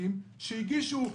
עסקים שהגישו ביום,